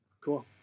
Cool